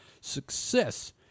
Success